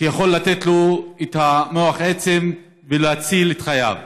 שיכול לתת לו את מוח העצם ולהציל את חייו.